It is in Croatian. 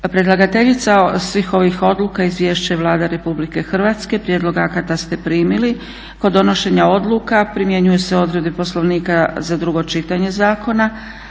Predlagateljica svih ovih odluka, izvješća je Vlada RH. Prijedlog akta ste primili. Kod donošenja odluke primjenjuju se odluke Poslovnika za drugo čitanje zakona.